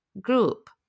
group